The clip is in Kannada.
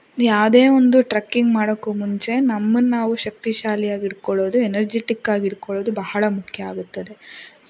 ಯಾವುದೇ ಒಂದು ಟ್ರಕ್ಕಿಂಗ್ ಮಾಡೋಕ್ಕೂ ಮುಂಚೆ ನಮ್ಮನ್ನು ನಾವು ಶಕ್ತಿಶಾಲಿಯಾಗಿ ಇಟ್ಕೊಳ್ಳೋದು ಎನರ್ಜಿಟಿಕ್ಕಾಗಿ ಇಟ್ಕೊಳ್ಳೋದು ಬಹಳ ಮುಖ್ಯ ಆಗುತ್ತದೆ